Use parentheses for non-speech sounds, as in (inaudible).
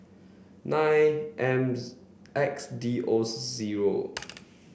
nine (unintelligible) X D O zero